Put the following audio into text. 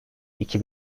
iki